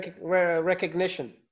recognition